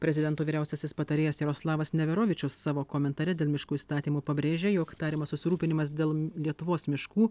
prezidento vyriausiasis patarėjas jaroslavas neverovičius savo komentare dėl miškų įstatymo pabrėžė jog tariamas susirūpinimas dėl lietuvos miškų